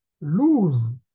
lose